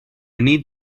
need